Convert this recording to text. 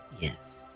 Yes